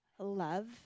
love